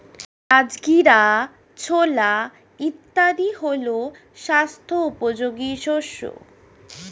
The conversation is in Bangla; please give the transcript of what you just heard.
রাজগীরা, ছোলা ইত্যাদি হল স্বাস্থ্য উপযোগী শস্য